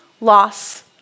loss